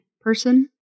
person